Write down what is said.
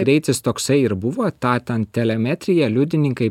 greitis toksai ir buvo tą ten telemetrija liudininkai